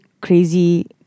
crazy